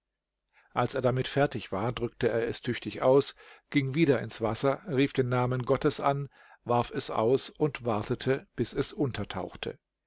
als er damit fertig war drückte er es tüchtig aus ging wieder ins wasser rief den namen gottes an warf es aus und wartete bis es untertauchte